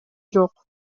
жок